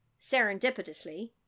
serendipitously